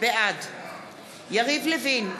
בעד יריב לוין,